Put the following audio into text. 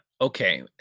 Okay